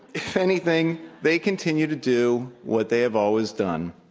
if anything they continue to do what they have always done,